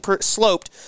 sloped